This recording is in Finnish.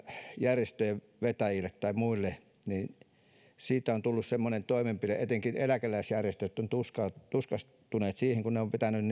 järjestöjen vetäjille tai muille niin siitä on tullut semmoinen toimenpide etenkin eläkeläisjärjestöt ovat tuskastuneet siihen että kun ne ovat pitäneet